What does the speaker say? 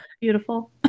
beautiful